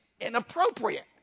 inappropriate